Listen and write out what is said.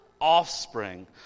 offspring